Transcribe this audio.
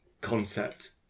concept